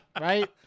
right